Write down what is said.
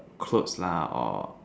clothes lah or